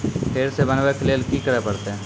फेर सॅ बनबै के लेल की करे परतै?